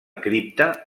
cripta